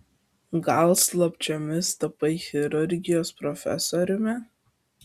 gal slapčiomis tapai chirurgijos profesoriumi